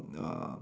uh